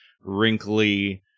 wrinkly